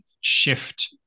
shift